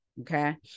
Okay